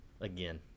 again